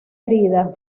herida